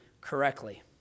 correctly